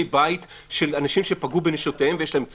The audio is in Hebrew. בית של אנשים שפגעו בנשותיהם ויש להם צו?